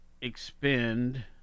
expend